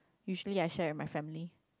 usually I share with my family